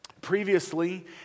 Previously